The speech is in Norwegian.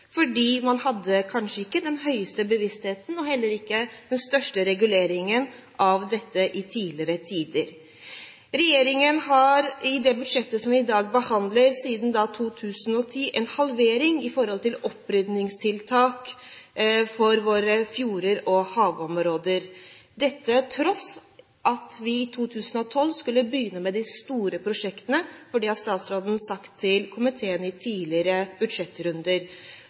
fordi man kanskje ikke hadde den høyeste bevisstheten og heller ikke den største reguleringen når det gjelder dette, i tidligere tider. Regjeringen har i det budsjettet som vi i dag behandler, siden 2010 en halvering når det gjelder opprydningstiltak for våre fjorder og havområder – dette på tross av at vi i 2012 skulle begynne med de store prosjektene, for det har statsråden sagt til komiteen i tidligere budsjettrunder.